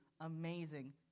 amazing